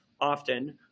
often